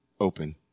open